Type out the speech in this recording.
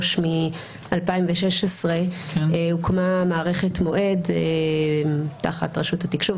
משנת 2016. הוקמה מערכת מועד תחת רשות התקשוב,